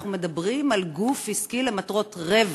אנחנו מדברים על גוף עסקי למטרות רווח.